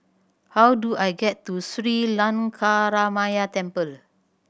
how do I get to Sri Lankaramaya Temple